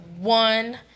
one